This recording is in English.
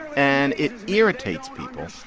and it irritates people,